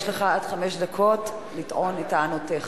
יש לך עד חמש דקות לטעון את טענותיך.